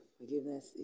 forgiveness